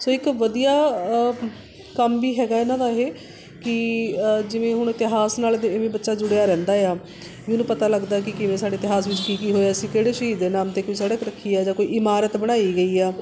ਸੋ ਇੱਕ ਵਧੀਆ ਕੰਮ ਵੀ ਹੈਗਾ ਇਹਨਾਂ ਦਾ ਇਹ ਕਿ ਜਿਵੇਂ ਹੁਣ ਇਤਿਹਾਸ ਨਾਲ ਇਵੇਂ ਬੱਚਾ ਜੁੜਿਆ ਰਹਿੰਦਾ ਆ ਵੀ ਉਹਨੂੰ ਪਤਾ ਲੱਗਦਾ ਕਿ ਕਿਵੇਂ ਸਾਡੇ ਇਤਿਹਾਸ ਵਿੱਚ ਕੀ ਕੀ ਹੋਇਆ ਸੀ ਕਿਹੜੇ ਸ਼ਹੀਦ ਦੇ ਨਾਮ 'ਤੇ ਕੋਈ ਸੜਕ ਰੱਖੀ ਆ ਜਾਂ ਕੋਈ ਇਮਾਰਤ ਬਣਾਈ ਗਈ ਆ